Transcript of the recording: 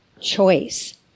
choice